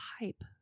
hype